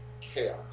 chaos